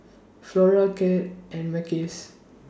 Flora Glad and Mackays